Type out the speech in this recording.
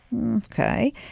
okay